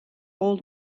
old